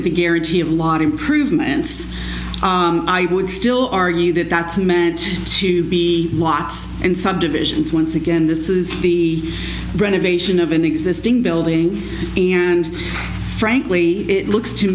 at the guarantee of lot improvements i would still argue that that's meant to be lots and subdivisions once again this is the renovation of an existing building and frankly it looks to